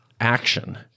action